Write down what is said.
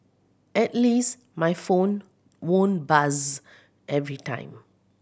at least my phone won't buzz every time